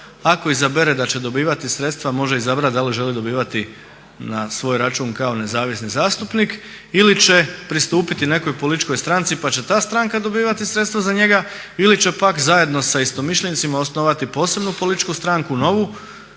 Ako izabere da će dobivati sredstva može izabrati da li želi dobivati na svoj račun kao nezavisni zastupnik ili će pristupiti nekoj političkoj stranci pa će ta stranka dobivati sredstva za njega ili će pak zajedno sa istomišljenicima osnovati posebnu političku stranku, novu